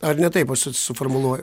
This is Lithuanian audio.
ar ne taip suformuluoju